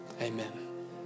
amen